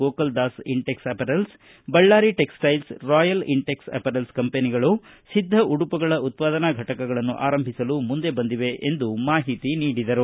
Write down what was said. Gokul Das Intex apparels Ballari textiles royal Intex apparels ಕಂಪೆನಿಗಳು ಸಿದ್ದ ಉಡುಪುಗಳ ಉತ್ಪಾದನಾ ಫಟಗಳನ್ನು ಆರಂಭಿಸಲು ಮುಂದೆ ಬಂದಿವೆ ಎಂದು ಮಾಹಿತಿ ನೀಡಿದರು